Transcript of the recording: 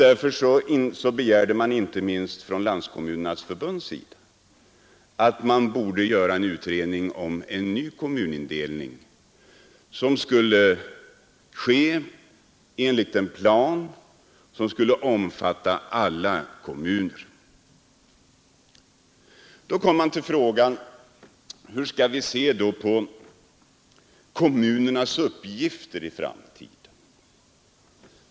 Därför begärde inte minst Landskommunernas förbund att man skulle göra en utredning om en ny kommunindelning enligt en plan som skulle omfatta alla kommuner. Då kommer man till frågan: Hur skall vi se på kommunernas uppgifter i framtiden?